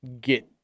get